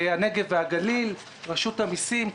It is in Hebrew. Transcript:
הנגב והגליל, רשות המסים.